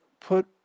put